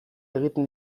egiten